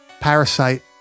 Parasite